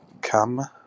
come